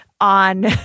on